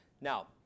Now